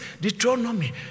Deuteronomy